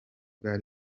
bwa